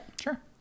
sure